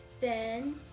Ben